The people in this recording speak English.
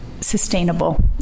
sustainable